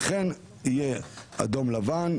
לכן יהיה אדום לבן,